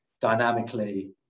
dynamically